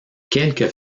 quelques